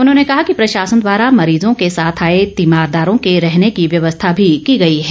उन्होंने कहा कि प्रशासन द्वारा मरीजों के साथ आए तीमारदारों के रहने की व्यवस्था भी की गई है